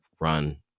run